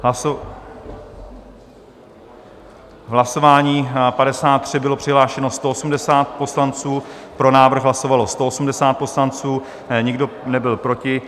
V hlasování číslo 53 bylo přihlášeno 180 poslanců, pro návrh hlasovalo 180 poslanců, nikdo nebyl proti.